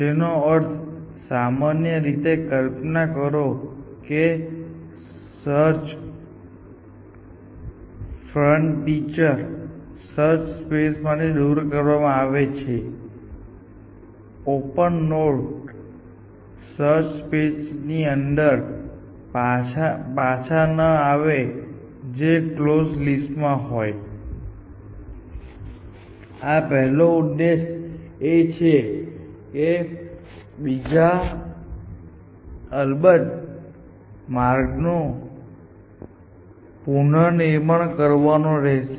જેનો અર્થ સામાન્ય રીતે કલ્પના કરો કે સર્ચ ફ્રન્ટીયર સર્ચ સ્પેસ માંથી દૂર કરવામાં આવે છે ઓપન નોડ સર્ચ સ્પેસ ની અંદર પાછી ન આવે જે કલોઝ લિસ્ટ માં હોય આ પહેલો ઉદ્દેશ છે અને બીજો ઉદ્દેશ અલબત્ત માર્ગનું પુનર્નિર્માણ કરવાનો રહેશે